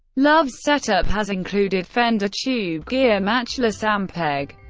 love's setup has included fender tube gear, matchless, ampeg,